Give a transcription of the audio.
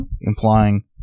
Implying